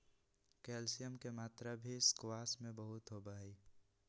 calcium के मात्रा भी स्क्वाश में बहुत होबा हई